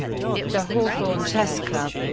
the hawthorne chess club